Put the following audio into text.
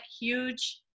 huge